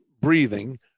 breathing